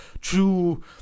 true